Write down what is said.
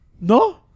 No